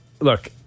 Look